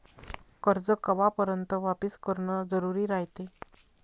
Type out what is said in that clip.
कर्ज कवापर्यंत वापिस करन जरुरी रायते?